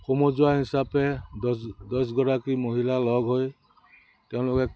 সমজুৱা হিচাপে দহ দহগৰাকী মহিলা লগ হৈ তেওঁলোকে